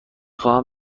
خواهم